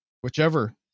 Whichever